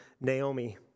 Naomi